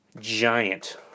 giant